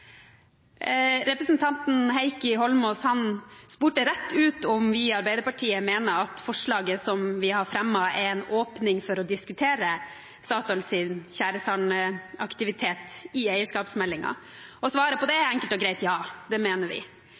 Representanten Heikki Holmås spurte rett ut om vi i Arbeiderpartiet mener at forslaget som vi har fremmet, er en åpning for å diskutere Statoils tjæresandaktivitet i eierskapsmeldingen. Svaret på det er enkelt og greit: Ja, det mener vi.